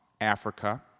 Africa